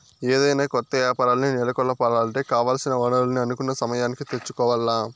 ఏదైనా కొత్త యాపారాల్ని నెలకొలపాలంటే కావాల్సిన వనరుల్ని అనుకున్న సమయానికి తెచ్చుకోవాల్ల